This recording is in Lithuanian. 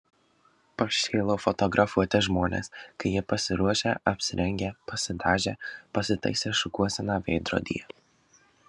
pašėlau fotografuoti žmones kai jie pasiruošę apsirengę pasidažę pasitaisę šukuoseną veidrodyje